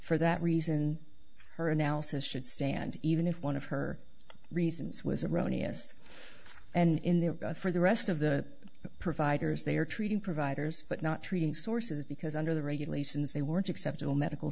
for that reason her analysis should stand even if one of her reasons was erroneous and in there for the rest of the providers they are treating providers but not treating sources because under the regulations they weren't acceptable medical